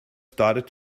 started